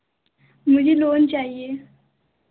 मुझे लोन चाहिए